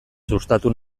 sustatu